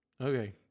Okay